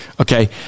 Okay